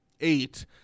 eight